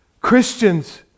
Christians